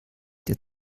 der